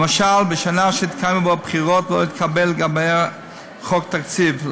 למשל בשנה שהתקיימו בה בחירות ולא התקבל לגביה חוק תקציב.